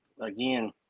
again